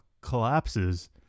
collapses